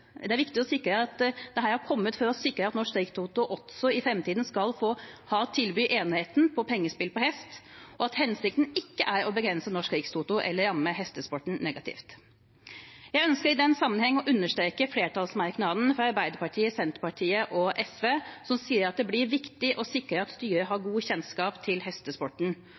Rikstoto også i framtiden skal ha eneretten til å tilby pengespill på hest, og at hensikten ikke er å begrense Norsk Rikstoto eller ramme hestesporten negativt. Jeg ønsker i den sammenheng å understreke flertallsmerknaden fra Arbeiderpartiet, Senterpartiet og SV som sier at det blir viktig å sikre at styret har god kjennskap til hestesporten